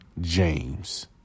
James